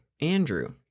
Andrew